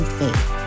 faith